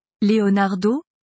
Leonardo